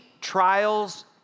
trials